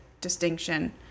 distinction